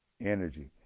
energy